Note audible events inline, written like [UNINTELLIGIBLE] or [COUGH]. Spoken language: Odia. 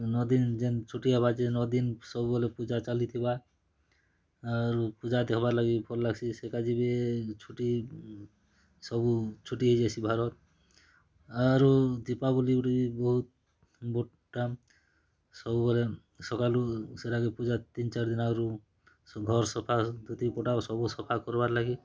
ନଅ ଦିନ ଯେନ୍ ଛୁଟି ହେବା ଯେନ୍ ନଅ ଦିନ ସବୁବେଲେ ପୂଜା ଚାଲିଥିବା ଆରୁ ପୁଜାତେ ହବାଲାଗି ଭଲ ଲାଗ୍ସି ସେକା ଯିବେ ଛୁଟି ସବୁ ଛୁଟି [UNINTELLIGIBLE] ଜେସି ଭାରତ ଆରୁ ଦୀପାବଳି ଗୋଟେ ବହୁତ ବଡ଼୍ଟା ସବୁବେଳେ ସକାଲୁ ସେରାଗେ ପୂଜା ତିନ୍ ଚାର୍ ଦିନ ଆଗରୁ ଘର ସଫା ଧୋତି ପଟା ସଫା କର୍ବାର୍ ଲାଗି